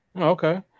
okay